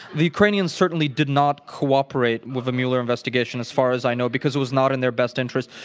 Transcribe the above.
the ukrainians certainly did not cooperate with the mueller investigation as far as i know, because it was not in their best interest.